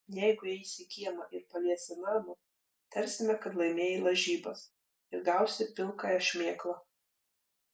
jeigu įeisi į kiemą ir paliesi namą tarsime kad laimėjai lažybas ir gausi pilkąją šmėklą